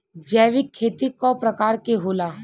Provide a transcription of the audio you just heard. जैविक खेती कव प्रकार के होला?